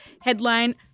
headline